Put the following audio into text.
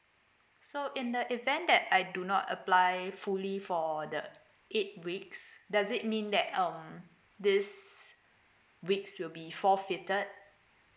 so in the event that I do not apply fully for the eight weeks does it mean that um these weeks will be forfeited